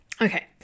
Okay